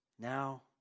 now